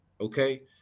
okay